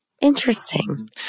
Interesting